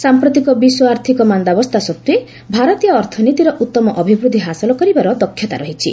ସାମ୍ପ୍ରତିକ ବିଶ୍ୱ ଆର୍ଥିକ ମାନ୍ଦାବସ୍ଥା ସତ୍ତ୍ୱେ ଭାରତୀୟ ଅର୍ଥନୀତିର ଉତ୍ତମ ଅଭିବୃଦ୍ଧି ହାସଲ କରିବାର ଦକ୍ଷତା ରହିଛି